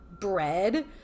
bread